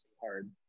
hard